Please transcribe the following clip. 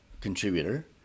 contributor